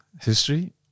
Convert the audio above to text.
history